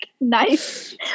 Nice